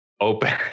Open